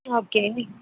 okay